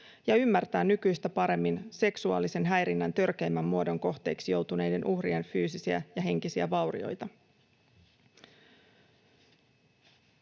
ja ymmärtää nykyistä paremmin seksuaalisen häirinnän törkeimmän muodon kohteeksi joutuneiden uhrien fyysisiä ja henkisiä vaurioita.